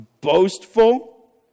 boastful